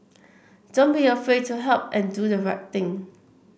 don't be afraid to help and do the right thing